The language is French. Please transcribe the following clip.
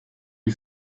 lui